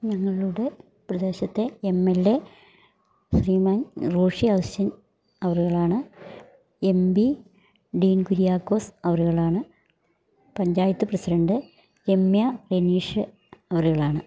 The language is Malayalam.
ഞങ്ങളുടെ പ്രദേശത്തെ M L A Shriman Roshy Augustine അവര്കളാണ് എം പി ഡീൻ കുര്യാക്കോസ് അവര്കളാണ് പഞ്ചായത്ത് പ്രസിഡൻ്റ് രമ്യ റെനീഷ് അവര്കളാണ്